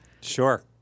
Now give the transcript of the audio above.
Sure